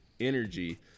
energy